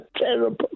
terrible